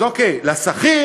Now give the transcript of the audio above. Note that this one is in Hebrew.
אז, אוקיי, לשכיר